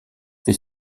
fait